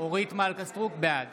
בעד